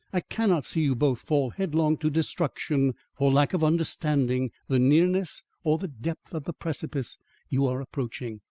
i cannot see you both fall headlong to destruction for lack of understanding the nearness or the depth of the precipice you are approaching.